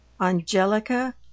ANGELICA